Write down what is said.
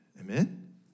Amen